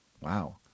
wow